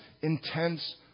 intense